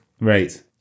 right